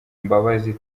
imbabazi